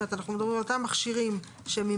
אנחנו מדברים על אותם מכשירים שממילא